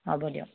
হ'ব দিয়ক